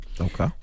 Okay